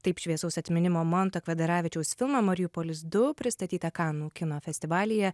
taip šviesaus atminimo manto kvedaravičiaus filmą mariupolis du pristatytą kanų kino festivalyje